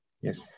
Yes